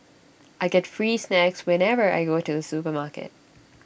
I get free snacks whenever I go to the supermarket